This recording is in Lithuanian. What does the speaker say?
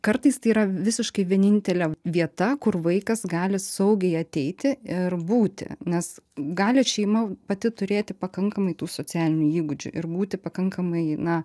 kartais tai yra visiškai vienintelė vieta kur vaikas gali saugiai ateiti ir būti nes gali šeima pati turėti pakankamai tų socialinių įgūdžių ir būti pakankamai na